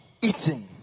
eating